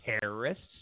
terrorists